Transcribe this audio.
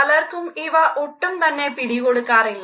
പലർക്കും ഇവ ഒട്ടും തന്നെ പിടി കൊടുക്കാറില്ല